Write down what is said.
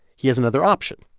he has another option.